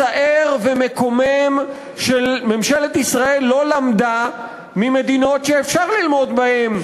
מצער ומקומם שממשלת ישראל לא למדה ממדינות שאפשר ללמוד מהן,